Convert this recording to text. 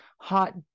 hot